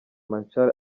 machar